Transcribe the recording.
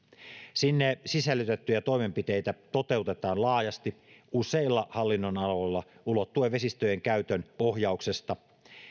sinne sisällytettyjä toimenpiteitä toteutetaan laajasti useilla hallinnonaloilla ulottuen vesistöjenkäytön ohjauksesta